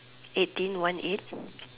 eighteen one eight